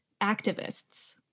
activists